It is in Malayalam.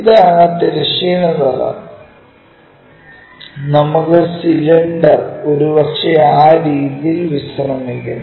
ഇതാണ് തിരശ്ചീന തലം നമ്മുടെ സിലിണ്ടർ ഒരുപക്ഷേ ആ രീതിയിൽ വിശ്രമിക്കുന്നു